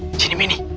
genie meanie!